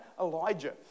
Elijah